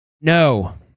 No